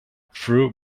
through